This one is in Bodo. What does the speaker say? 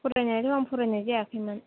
फरायनायाथ' आं फरायनाय जायाखैमोन